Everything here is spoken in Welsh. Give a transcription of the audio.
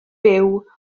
byw